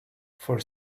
for